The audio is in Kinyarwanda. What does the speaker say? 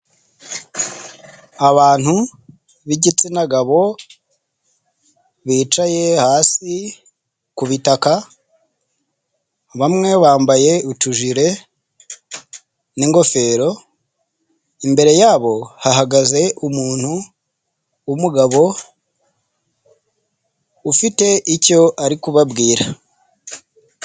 Abantu b'igitsina gabo bicaye hasi kutaka, bamwe bambaye utujire n'igofero imbere yabo hahagaze umuntu w'umugabo ufite icyo ari kubabwira.